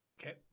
Okay